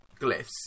glyphs